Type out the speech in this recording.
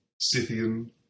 Scythian